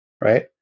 Right